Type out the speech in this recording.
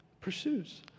pursues